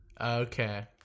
Okay